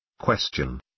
Question